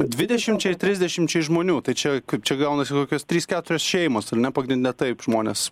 dvidešimčiai trisdešimčiai žmonių tai čia kaip čia gaunasi kokios trys keturios šeimos ar ne pagrinde taip žmonės